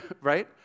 right